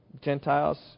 Gentiles